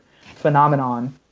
phenomenon